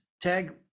tag